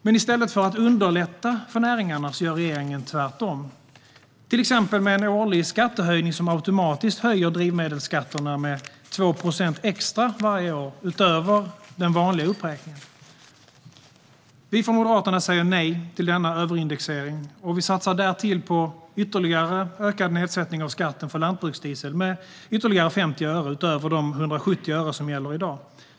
Men i stället för att underlätta för näringarna gör regeringen tvärtom, till exempel genom en årlig skattehöjning som automatiskt höjer drivmedelsskatterna med 2 procent extra varje år utöver den vanliga uppräkningen. Vi från Moderaterna säger nej till denna överindexering. Vi satsar därtill på ökad nedsättning av skatten för lantbruksdiesel med ytterligare 50 öre, utöver de 170 öre som gäller i dag.